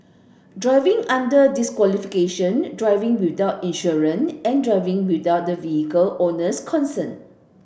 driving under disqualification driving without insurance and driving without the vehicle owner's consent